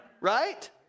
Right